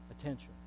attention